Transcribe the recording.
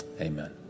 Amen